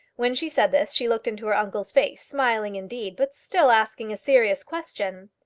when she said this she looked into her uncle's face, smiling indeed, but still asking a serious question.